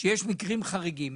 שיש מקרים חריגים,